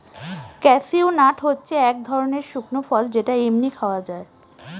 cashew nut হচ্ছে এক ধরনের শুকনো ফল যেটা এমনি খাওয়া যায়